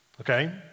Okay